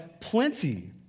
plenty